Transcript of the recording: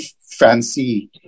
fancy